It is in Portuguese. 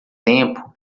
tempo